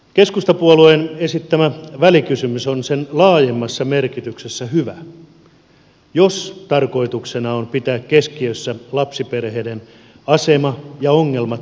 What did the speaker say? keskustapuolueen esittämä välikysymys on sen laajemmassa merkityksessä hyvä jos tarkoituksena on pitää keskiössä lapsiperheiden asema ja ongelmat nyky yhteiskunnassa